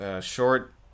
short